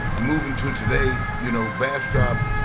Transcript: moving to today you know bastrop,